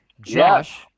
Josh